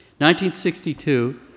1962